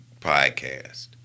podcast